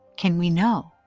can we know?